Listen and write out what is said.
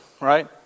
right